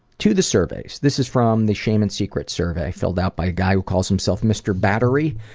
to the surveys. this is from the shame and secrets survey, filled out by a guy who calls himself mr. battery.